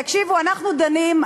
תקשיבו, אנחנו דנים.